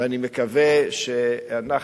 ואני מקווה שאנחנו,